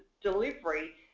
delivery